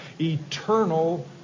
eternal